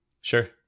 Sure